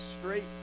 straight